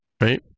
right